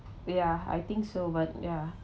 ya I think so but ya